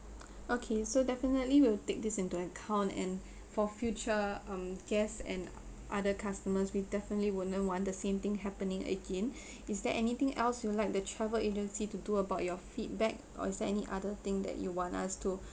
okay so definitely will take this into account and for future um guests and other customers be definitely wouldn't want the same thing happening again is there anything else you like the travel agency to do about your feedback or is there any other thing that you want us to